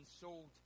sold